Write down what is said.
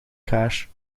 cash